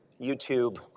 YouTube